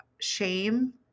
shame